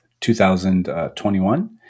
2021